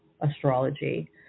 astrology